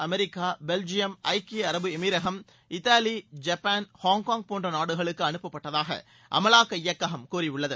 America Belgium ஐக்கிய அரபு எமிரகம் இத்தாலி ஜப்பான் ஹாங்காங் போன்ற நாடுகளுக்கு அனுப்பப்பட்டதாக அமலாக்க இயக்ககம் கூறியுள்ளது